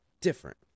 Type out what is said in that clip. different